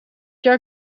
jaar